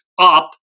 up